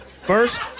First